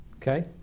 Okay